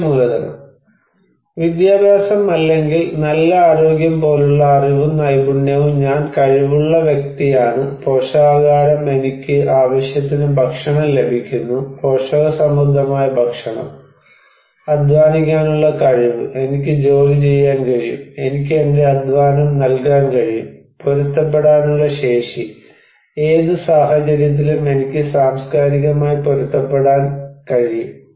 മനുഷ്യ മൂലധനം വിദ്യാഭ്യാസം അല്ലെങ്കിൽ നല്ല ആരോഗ്യം പോലുള്ള അറിവും നൈപുണ്യവും ഞാൻ കഴിവുള്ള വ്യക്തിയാണ് പോഷകാഹാരം എനിക്ക് ആവശ്യത്തിന് ഭക്ഷണം ലഭിക്കുന്നു പോഷകസമൃദ്ധമായ ഭക്ഷണം അധ്വാനിക്കാനുള്ള കഴിവ് എനിക്ക് ജോലി ചെയ്യാൻ കഴിയും എനിക്ക് എന്റെ അധ്വാനം നൽകാൻ കഴിയും പൊരുത്തപ്പെടാനുള്ള ശേഷി ഏത് സാഹചര്യത്തിലും എനിക്ക് സാംസ്കാരികമായി പൊരുത്തപ്പെടാൻ കഴിയും